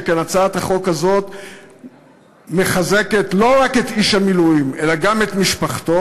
שכן הצעת החוק הזאת מחזקת לא רק את איש המילואים אלא גם את משפחתו.